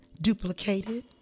duplicated